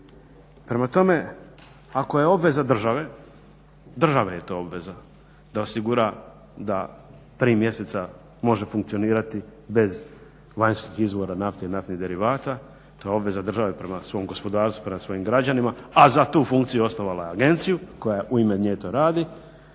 Prema tome ako je obveza države, države je to obveza da osigura da 3 mjeseca može funkcionirati bez vanjskih izvora nafte i naftnih derivata, to je obveza države prema svom gospodarstvu, prema svojim građanima, a za tu funkciju osnovala je agenciju koja u ime nje to radi.